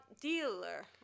dealer